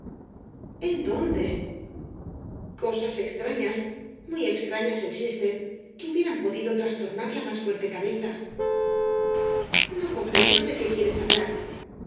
en dónde cosas extrañas muy extrañas existen que hubieran podido trastornar la más fuerte cabeza no comprendo de qué quieres hablar